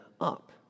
up